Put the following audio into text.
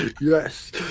Yes